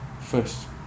First